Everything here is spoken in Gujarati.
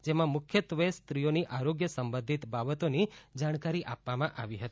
જેમાં મુખ્યત્વે સ્ત્રીઓની સ્વાસ્થ્ય સંબંધિત બાબતોની જાણકારી આપવામાં આવી હતી